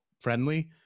friendly